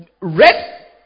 red